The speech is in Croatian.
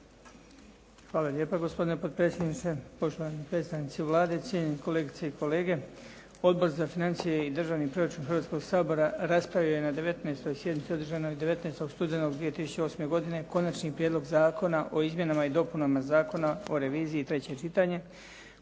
Hvala lijepa. Gospodine potpredsjedniče, poštovani predstavnici Vlade, cijenjene kolegice i kolege. Odbor za financije i državni proračun Hrvatskoga sabora raspravio je na 19. sjednici održanoj 19. studenog 2008. godine Konačni prijedlog zakona o izmjenama i dopunama Zakona o reviziji, treće čitanje